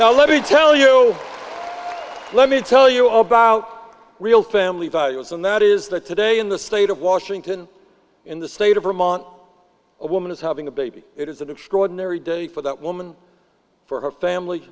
well let me tell you the olympia tell you about the real family values and that is that today in the state of washington in the state of vermont a woman is having a baby it is an extraordinary day for that woman for her family